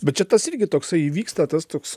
bet čia tas irgi toksai įvyksta tas toks